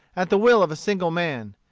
at the will of a single man.